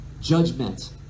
judgment